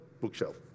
bookshelf